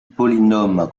polynôme